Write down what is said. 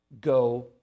go